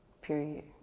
Period